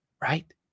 right